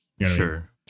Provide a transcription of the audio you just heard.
Sure